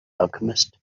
alchemist